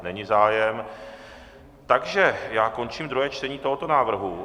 Není zájem, takže já končím druhé čtení tohoto návrhu.